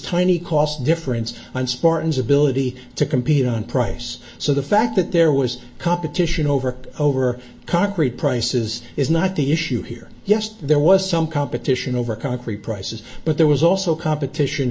tiny cost difference and spartans ability to compete on price so the fact that there was competition over over concrete prices is not the issue here yes there was some competition over concrete prices but there was also competition